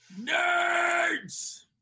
nerds